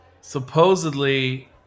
supposedly